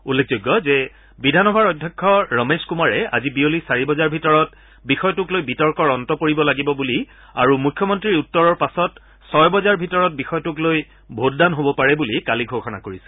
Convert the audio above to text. উল্লেখযোগ্য যে বিধানসভাৰ অধ্যক্ষ ৰমেশ কুমাৰে আজি বিয়লি চাৰি বজাৰ ভিতৰত বিষয়টোক লৈ বিতৰ্কৰ অন্ত পৰিব লাগিব বুলি আৰু মুখ্যমন্নীৰ উত্তৰৰ পাছত ছয় বজাৰ ভিতৰত বিষয়টোক লৈ ভোটদান হব পাৰে বুলি কালি ঘোষণা কৰিছিল